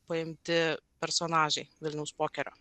paimti personažai vilniaus pokerio